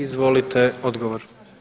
Izvolite odgovor.